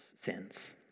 sins